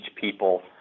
people